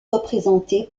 représentée